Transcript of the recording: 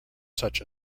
such